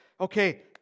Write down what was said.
okay